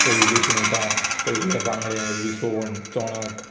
तळिल्लीं सुंगटां तळिल्लें बांगडे विसवण चोणक